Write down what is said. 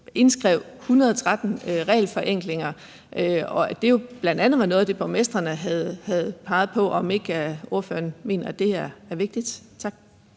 indskrev 113 regelforenklinger, og at det jo bl.a. var noget af det, borgmestrene havde peget på. Jeg vil høre, om ikke ordføreren mener, at det er vigtigt. Tak.